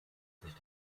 sich